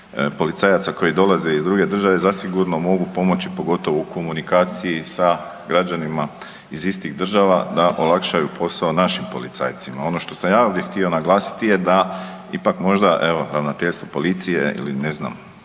policajaca koji dolaze iz druge države zasigurno mogu pomoći, pogotovo u komunikaciji sa građanima iz istih država da olakšaju posao našim policajcima. Ono što sam ja ovdje htio naglasiti je da ipak možda evo ravnateljstvo policije ili ne znam